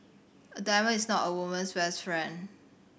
a diamond is not a woman's best friend